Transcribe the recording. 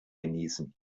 genießen